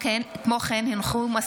בנושא: עידוד המדינה למיגון בתי תושבים.